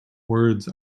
words